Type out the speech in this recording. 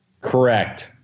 Correct